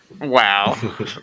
Wow